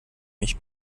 mich